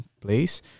place